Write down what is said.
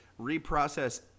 reprocess